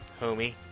homie